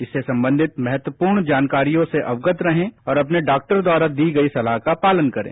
इससे संबंधित महत्वपूर्ण जानकारियों से अवगत रहें और अपने डॉक्टर द्वारा दी गई सलाह का पालन करें